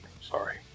Sorry